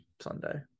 Sunday